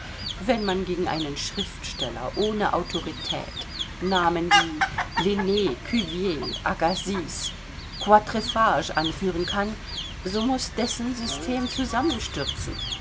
wenn man gegen einen schriftsteller ohne autorität namen wie linn cuvier agassiz quatrefages anführen kann so muß dessen system zusammenstürzen